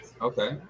okay